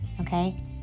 okay